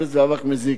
מאזבסט ומאבק מזיק,